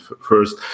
first